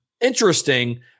interesting